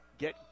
Get